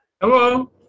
Hello